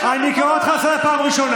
אני קורא אותך לסדר פעם ראשונה.